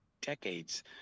decades